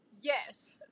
Yes